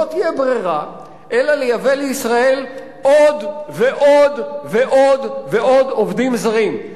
לא תהיה ברירה אלא לייבא לישראל עוד ועוד ועוד ועוד עובדים זרים.